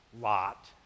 Lot